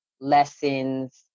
lessons